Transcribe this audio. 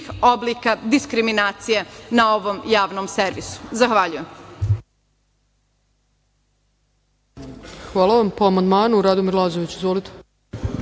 oblika diskriminacije na ovom Javnom servisu. Zahvaljujem.